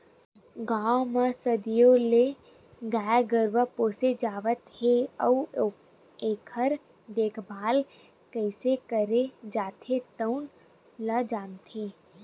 गाँव म सदियों ले गाय गरूवा पोसे जावत हे अउ एखर देखभाल कइसे करे जाथे तउन ल जानथे